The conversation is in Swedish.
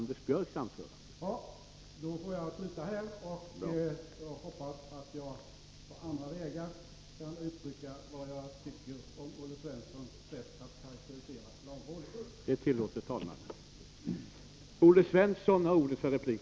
Det gäller mycket sensationella uttalanden av lagrådet, och om dessa säger Olle Svensfon: